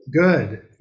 Good